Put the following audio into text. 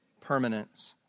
permanence